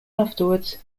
afterwards